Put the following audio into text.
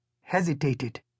hesitated